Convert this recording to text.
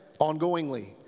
ongoingly